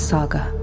Saga